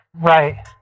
right